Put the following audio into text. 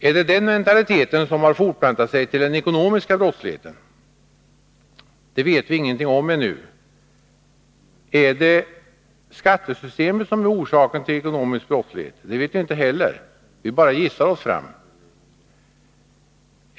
Är det denna mentalitet som har fortplantat sig till den ekonomiska brottsligheten? Det vet vi ingenting om ännu. Är det skattesystemet som är orsaken till ekonomisk brottslighet? Det vet vi inte heller. Vi bara gissar oss fram.